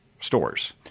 stores